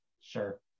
Sure